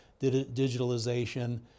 digitalization